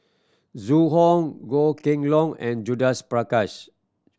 Zhu Hong Goh Kheng Long and Judith Prakash